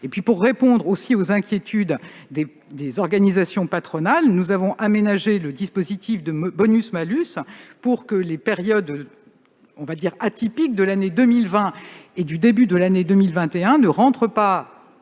ailleurs, pour répondre également aux inquiétudes des organisations patronales, nous avons aménagé le dispositif de bonus-malus, afin que les périodes « atypiques »- l'année 2020 et le début de l'année 2021 -n'entrent pas